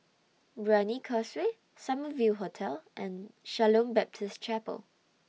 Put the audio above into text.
Brani Causeway Summer View Hotel and Shalom Baptist Chapel